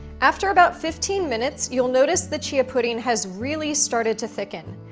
after about fifteen minutes you'll notice the chia pudding has really started to thicken.